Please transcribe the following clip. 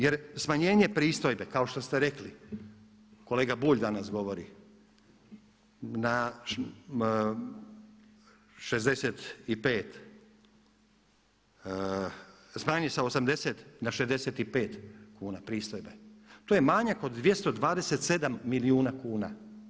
Jer smanjenje pristojbe kao što ste rekli, kolega Bulj danas govori na 65, stranica 80 na 65 kuna pristojbe, to je manjak od 227 milijuna kuna.